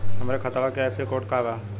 हमरे खतवा के आई.एफ.एस.सी कोड का बा?